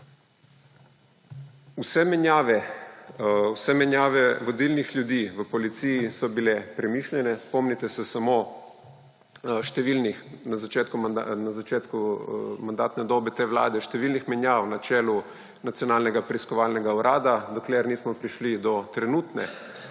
Vse menjave vodilnih ljudi v policiji so bile premišljene. Spomnite se na začetku mandatne dobe te vlade številnih menjav na čelu Nacionalnega preiskovalnega urada, dokler nismo prišli do trenutne